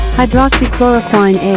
hydroxychloroquine